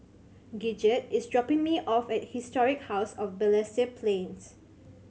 Gidget is dropping me off at Historic House of Balestier Plains